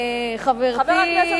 חבר הכנסת,